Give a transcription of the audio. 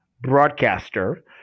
broadcaster